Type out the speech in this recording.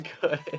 good